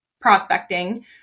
prospecting